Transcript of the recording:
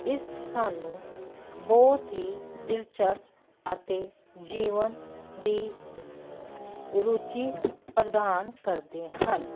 ਇਸ ਸਾਨੂੰ ਬਹੁਤ ਹੀ ਦਿਲਚਸਪ ਅਤੇ ਜੀਵਨ ਦੀ ਰੁਚੀ ਪ੍ਰਦਾਨ ਕਰਦੇ ਹਨ